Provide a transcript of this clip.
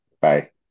Bye